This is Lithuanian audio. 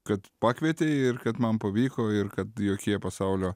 kad pakvietei ir kad man pavyko ir kad jokie pasaulio